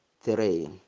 three